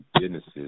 businesses